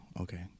okay